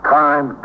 time